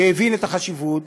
שהבין את החשיבות,